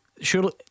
surely